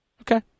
Okay